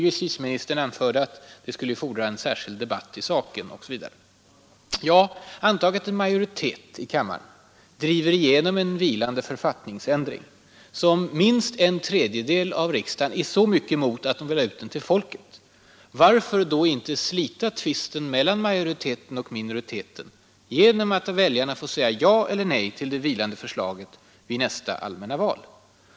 Justitieministern anförde att det skulle fordra en särskild debatt i sak osv. Antag att en majoritet i kammaren driver igenom en vilande författnings ändring, som minst en tredjedel av riksdagen är så mycket emot att man vill ha ut den till folket för omröstning. Varför då inte slita tvisten mellan majoriteten och minoriteten genom att låta väljarna säga ja eller nej till det vilande förslaget vid nästa allmänna val?